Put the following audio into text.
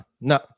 no